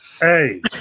Hey